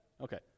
Okay